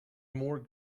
more